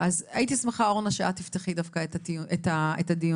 אז הייתי שמחה אורנה שאת דווקא תהיי זו שפותחת את הדיון.